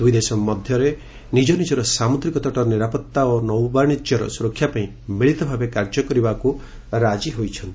ଦୁଇ ଦେଶ ନିଜ ନିଜର ସାମୁଦ୍ରିକ ତଟର ନିରାପତ୍ତା ଓ ନୌବାଶିଜ୍ୟର ସୁରକ୍ଷା ପାଇଁ ମିଳିତ ଭାବେ କାର୍ଯ୍ୟ କରିବାକୁ ରାଜି ହୋଇଛନ୍ତି